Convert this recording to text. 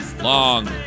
long